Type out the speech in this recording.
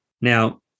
Now